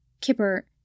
Kipper